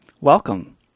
welcome